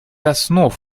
основ